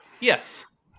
Yes